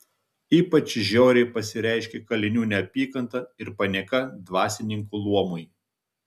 ypač žiauriai pasireiškė kalinių neapykanta ir panieka dvasininkų luomui